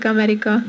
America